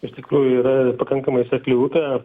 iš tikrųjų yra pakankamai sekli upė